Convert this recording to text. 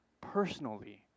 personally